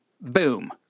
Boom